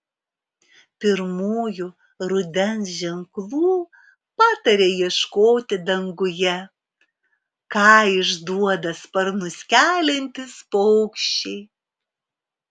pirmųjų rudens ženklų pataria ieškoti danguje ką išduoda sparnus keliantys paukščiai